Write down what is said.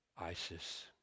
ISIS